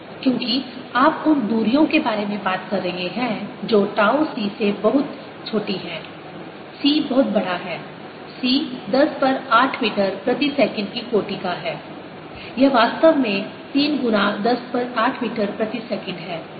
क्योंकि आप उन दूरियों के बारे में बात कर रहे हैं जो टाउ C से बहुत छोटी हैं C बहुत बड़ा है C 10 पर 8 मीटर प्रति सेकंड की कोटि का है यह वास्तव में 3 गुना 10 पर 8 मीटर प्रति सेकंड है